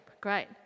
great